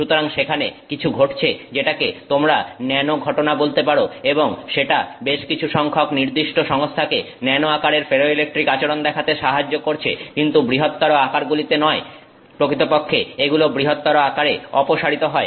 সুতরাং সেখানে কিছু ঘটছে যেটাকে তোমরা ন্যানো ঘটনা বলতে পারো এবং সেটা বেশ কিছু নির্দিষ্ট সংস্থাকে ন্যানো আকারের ফেরোইলেকট্রিক আচরন দেখাতে সাহায্য করছে কিন্তু বৃহত্তর আকারগুলিতে নয় প্রকৃতপক্ষে এগুলো বৃহত্তর আকারে অপসারিত হয়